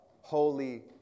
Holy